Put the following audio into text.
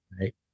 Right